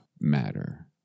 matter